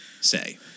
say